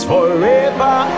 Forever